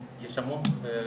יש המון קבוצות,